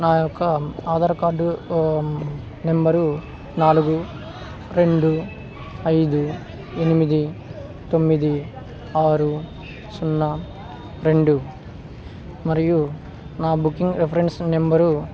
నా యొక్క Aadhaar card number నాలుగు రెండు ఐదు ఎనిమిది తొమ్మిది ఆరు సున్నా రెండు మరియు నా బుకింగ్ రెఫరెన్స్ నెంబరు